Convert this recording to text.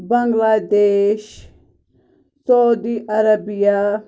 بَنگلہٕ دیش Saudi Arabia